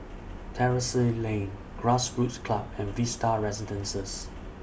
Terrasse Lane Grassroots Club and Vista Residences